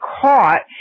caught